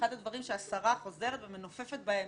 אחד הדברים שהשרה חוזרת ומנופפת בהם,